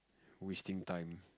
wasting time